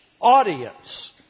audience